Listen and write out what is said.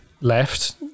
left